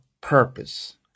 purpose